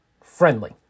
Friendly